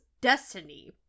Destiny